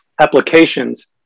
applications